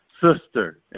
sister